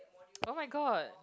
oh-my-god